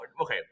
okay